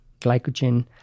Glycogen